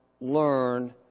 learn